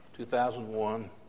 2001